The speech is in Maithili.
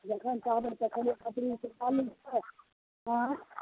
जखन चाहबै तखन एक अप्रिलसँ चालू छै आँय